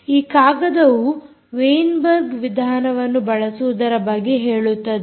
ಈ ಕಾಗದವು ವೆಯಿನ್ಬೆರ್ಗ್ ವಿಧಾನವನ್ನು ಬಳಸುವುದರ ಬಗ್ಗೆ ಹೇಳುತ್ತದೆ